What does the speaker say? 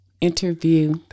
interview